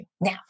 Now